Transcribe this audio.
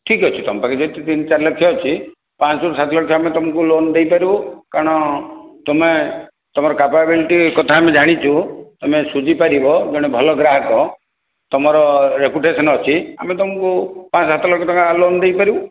ଠିକ୍ ଅଛି ତୁମ ପାଖେ ଯେହେତୁ ତିନି ଚାରି ଲକ୍ଷ ଅଛି ପାଞ୍ଚରୁ ସାତ ଲକ୍ଷ ଆମେ ତୁମକୁ ଲୋନ୍ ଦେଇପାରିବୁ କାରଣ ତୁମେ ତୁମର କାପାବିଲିଟି କଥା ଆମେ ଜାଣିଛୁ ତୁମେ ସୁଝିପାରିବ ଜଣେ ଭଲ ଗ୍ରାହକ ତୁମର ରିପୁଟେସନ୍ ଅଛି ଆମେ ତୁମକୁ ପାଞ୍ଚ ସାତ ଲକ୍ଷ ଟଙ୍କା ଲୋନ୍ ଦେଇପାରିବୁ